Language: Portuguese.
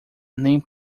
nem